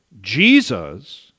Jesus